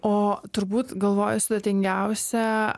o turbūt galvoju sudėtingiausia